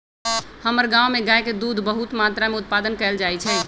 हमर गांव में गाय के दूध बहुते मत्रा में उत्पादन कएल जाइ छइ